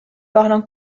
parlant